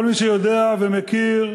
כל מי שיודע ומכיר,